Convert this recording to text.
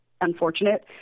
unfortunate